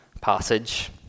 passage